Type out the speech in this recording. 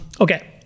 Okay